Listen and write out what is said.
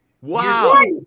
Wow